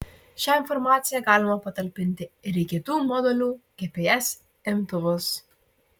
šią informaciją galima patalpinti ir į kitų modelių gps imtuvus